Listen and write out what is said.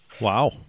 Wow